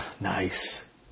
nice